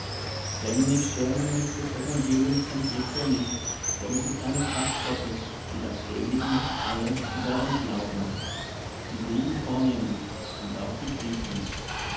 denn ich schäme mich des evangeliums von christo nicht denn es ist eine kraft gottes die da selig macht alle die daran glauben die juden vornehmlich und auch die griechen